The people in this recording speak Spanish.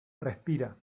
respira